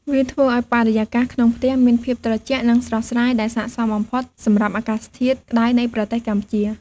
វាធ្វើឲ្យបរិយាកាសក្នុងផ្ទះមានភាពត្រជាក់ និងស្រស់ស្រាយ ដែលស័ក្តិសមបំផុតសម្រាប់អាកាសធាតុក្ដៅនៃប្រទេសកម្ពុជា។